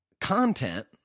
Content